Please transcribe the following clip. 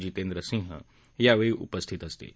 जितेंद्र सिंह यावेळी उपस्थित असतील